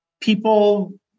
People